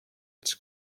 its